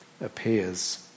appears